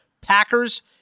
Packers